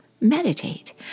meditate